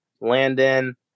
Landon